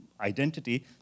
identity